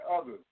others